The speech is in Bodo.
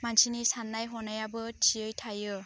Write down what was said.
मानसिनि साननाय हनायाबो थियै थायो